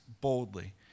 boldly